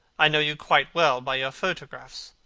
i know you quite well by your photographs.